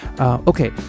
Okay